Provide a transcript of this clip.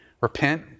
repent